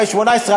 2018,